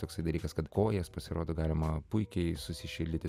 toksai dalykas kad kojas pasirodo galima puikiai susišildyti